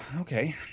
okay